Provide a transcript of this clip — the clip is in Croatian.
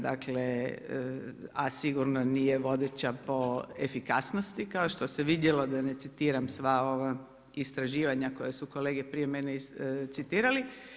Dakle, a sigurno nije vodeća po efikasnosti kao što se vidjelo da ne citiram sva ova istraživanja koja su kolege ispred mene citirali.